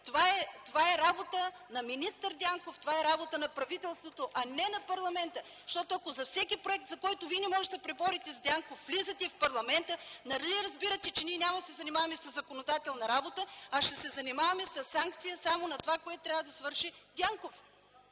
това е работа на министър Дянков и на правителството, а не на парламента! Ако за всеки проект, за който не можете да се преборите с Дянков, влизате в парламента, нали разбирате, че ние няма да се занимаваме със законодателна работа, а ще се занимаваме със санкции на това, което трябва да свърши Дянков?